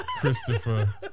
Christopher